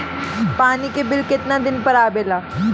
पानी के बिल केतना दिन पर आबे ला?